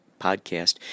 podcast